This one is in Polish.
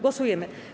Głosujemy.